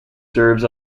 serves